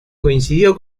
coincidió